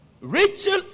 Rachel